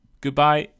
Goodbye